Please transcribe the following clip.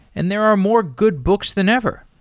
and there are more good books than ever.